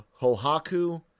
Hohaku